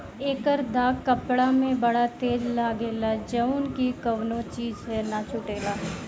एकर दाग कपड़ा में बड़ा तेज लागेला जउन की कवनो चीज से ना छुटेला